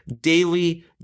daily